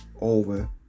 Over